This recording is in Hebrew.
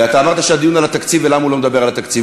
אתה אמרת שהדיון הוא על התקציב ולמה הוא לא מדבר על התקציב.